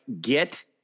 get